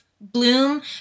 bloom